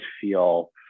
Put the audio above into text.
feel